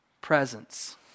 presence